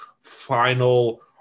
final